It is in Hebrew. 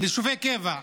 ליישובי קבע.